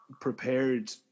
prepared